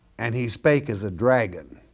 and he spake as a dragon,